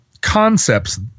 concepts